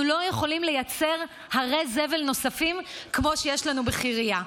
לא יכולים לייצר הרי זבל נוספים כמו שיש לנו בחירייה.